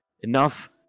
Enough